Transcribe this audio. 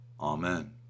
Amen